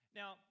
now